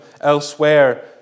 elsewhere